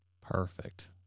Perfect